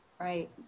Right